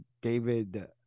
david